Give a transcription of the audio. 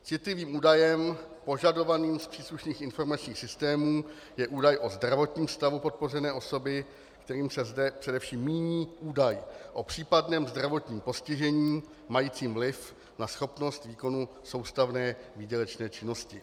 Citlivým údajem požadovaným z příslušných informačních systémů je údaj o zdravotním stavu podpořené osoby, kterým se zde především míní údaj o případném zdravotním postižení majícím vliv na schopnost výkonu soustavné výdělečné činnosti.